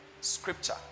scripture